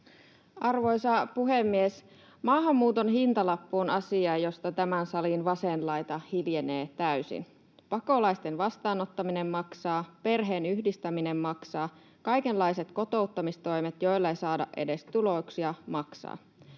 Arvoisa puhemies! Maahanmuuton hintalappu on asia, josta tämän salin vasen laita hiljenee täysin. Pakolaisten vastaanottaminen maksaa, perheenyhdistäminen maksaa, kaikenlaiset kotouttamistoimet, joilla ei saada edes tuloksia, maksavat,